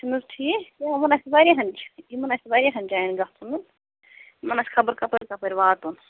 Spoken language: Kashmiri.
اَ چھُنہٕ حظ ٹھیٖک آسہِ واریاہَن یِمَن آسہِ واریاہَن جایَن گژھُن حظ یِمَن آسہِ خبر کَپٲرۍ کَپٲرۍ واتُن